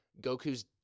Goku's